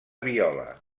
viola